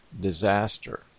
disaster